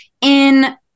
in-